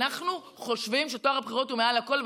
אנחנו חושבים שטוהר הבחירות הוא מעל הכול,